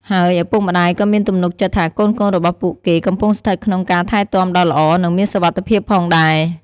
ហើយឪពុកម្តាយក៏មានទំនុកចិត្តថាកូនៗរបស់ពួកគេកំពុងស្ថិតក្នុងការថែទាំដ៏ល្អ និងមានសុវត្ថិភាពផងដែរ។